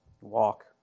Walk